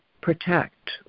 protect